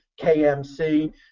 KMC